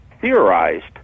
theorized